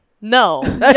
no